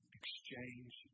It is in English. exchange